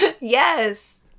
Yes